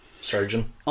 Surgeon